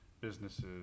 businesses